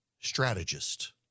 strategist